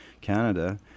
Canada